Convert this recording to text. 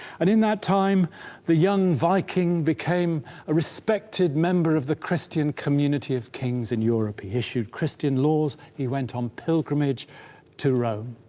and in that time the young viking became a respected member of the christian community of kings in europe. he issued christian laws he went on pilgrimage to rome.